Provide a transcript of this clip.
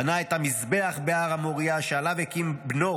בנה את המזבח בהר המוריה, שעליו הקים בנו